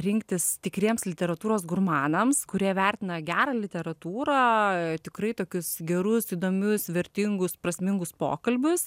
rinktis tikriems literatūros gurmanams kurie vertina gerą literatūrą tikrai tokius gerus įdomius vertingus prasmingus pokalbius